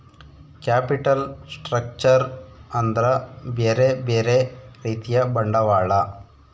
capital structure ಅಂದ್ರ ಬ್ಯೆರೆ ಬ್ಯೆರೆ ರೀತಿಯ ಬಂಡವಾಳ